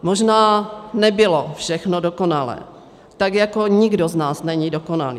Možná nebylo všechno dokonalé, tak jako nikdo z nás není dokonalý.